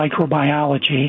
Microbiology